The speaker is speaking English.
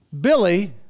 Billy